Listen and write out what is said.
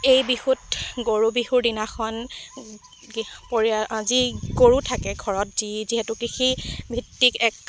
এই বিহুত গৰু বিহুৰ দিনাখন গিহ পৰি যি গৰু থাকে ঘৰত যি যিহেতুকে সেই ভিত্তিক এক